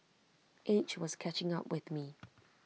age was catching up with me